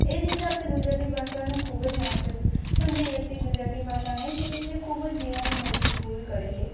એ જ રીતે આપણે ગુજરાતી ભાષાનું ખૂબ જ મહત્વ છે પણ જે વ્યક્તિને ગુજરાતી ભાષા નહીં શીખે છે ખૂબ જ જીવનમાં મોટી ભૂલ કરે છે